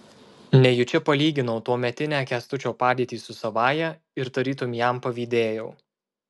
nejučia palyginau tuometinę kęstučio padėtį su savąja ir tarytum jam pavydėjau